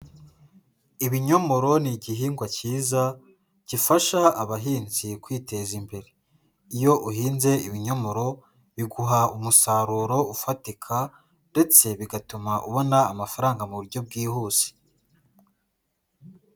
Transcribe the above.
Ibinyomoro ni igihingwa cyiza gifasha abahinzi kwiteza imbere, iyo uhinze ibinyomoro biguha umusaruro ufatika, ndetse bigatuma ubona amafaranga mu buryo bwihuse.